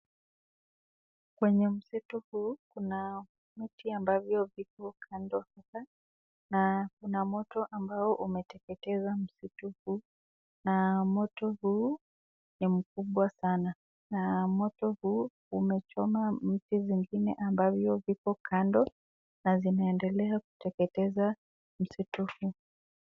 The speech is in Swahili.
Kwenye msitu huu kuna miti ambavyo viko kando na kuna moto ambao umeteketeza msitu huu na moto huu ni mkubwa sana na moto huu umechoma miti mengine ambazo viko kando na zinaendelea kuteketeza msitu huu.